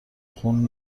خون